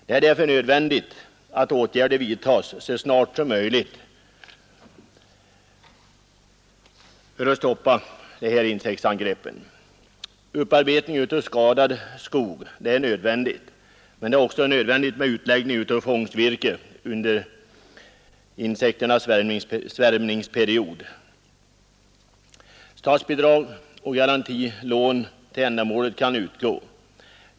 Det är därför nödvändigt att åtgärder vidtas så snart som möjligt för att stoppa dessa insektsangrepp. Upparbetning av skadad skog är nödvändig, men det behöver också läggas ut fångstvirke under insekternas svärmningsperiod. Statsbidrag och garantilån till ändamålet kan utgå.